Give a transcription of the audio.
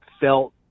felt